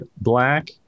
black